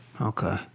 Okay